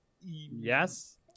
Yes